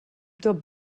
tot